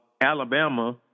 Alabama